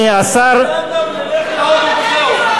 שעוזי לנדאו ילך להודו וזהו.